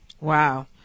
Wow